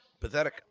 Pathetic